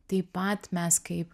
taip pat mes kaip